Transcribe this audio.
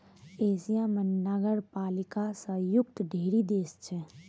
Asia म नगरपालिका स युक्त ढ़ेरी देश छै